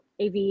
AV